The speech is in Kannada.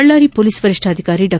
ಬಳ್ಳಾರಿ ಪೋಲಿಸ್ ವರಿಷ್ಠಾಧಿಕಾರಿ ಡಾ